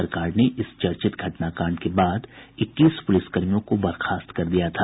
सरकार ने इस चर्चित घटना कांड के बाद इक्कीस प्रलिसकर्मियों को बर्खास्त कर दिया था